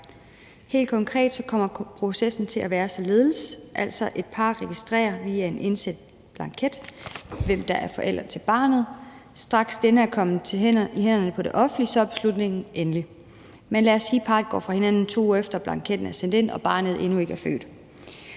Helt konkret kommer processen til at være således, at et par registrerer via en indsendt blanket, hvem der er forældre til barnet, og straks denne er kommet i hænderne på det offentlige, er beslutningen endelig. Men lad os sige, at parret går fra hinanden, 2 uger efter blanketten er sendt ind, og at barnet endnu ikke er født.